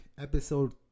episode